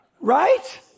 right